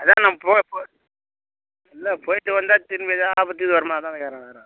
அதான் நான் போகிறப்ப இல்லை போயிட்டு வந்தால் திரும்பி எதாது ஆபத்து கீபத்து வருமா அதான் கேட்குறேன் வேற